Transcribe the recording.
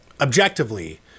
Objectively